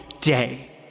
day